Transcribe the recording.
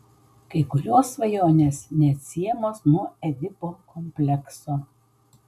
kai kurios svajonės neatsiejamos nuo edipo komplekso